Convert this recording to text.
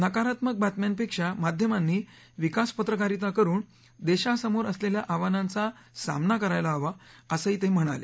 नकारात्मक बातम्यांपेक्षा माध्यमांनी विकास पत्रकारिता करुन देशासमोर असलेल्या आव्हानांचा सामना करायला हवा असंही ते म्हणाले